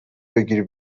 بگیر